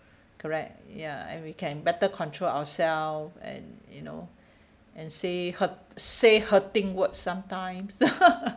correct ya and we can better control ourselves and you know and say hurt say hurting words sometimes